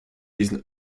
diesen